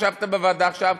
ישבת בוועדה עכשיו.